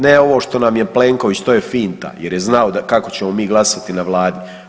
Ne ovo što nam je Plenković, to je finta jer je znao kako ćemo mi glasati na Vladi.